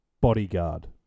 Bodyguard